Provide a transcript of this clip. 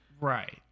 Right